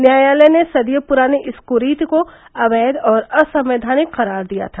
न्याायालय ने सदियों पुरानी इस कुरीति को अवैध और असंवैधानिक करार दिया था